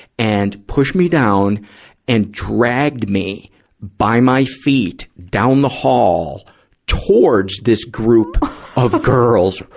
and pushed me down and dragged me by my feet down the hall towards this group of girls,